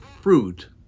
fruit